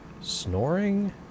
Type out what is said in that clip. snoring